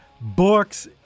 books